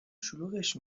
شلوغش